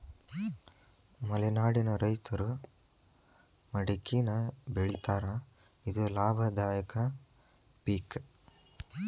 ಮಲೆನಾಡಿನ ರೈತರು ಮಡಕಿನಾ ಬೆಳಿತಾರ ಇದು ಲಾಭದಾಯಕ ಪಿಕ್